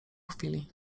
chwili